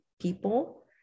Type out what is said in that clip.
people